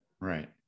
Right